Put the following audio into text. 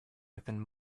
within